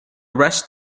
rest